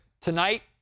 Tonight